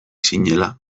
zinela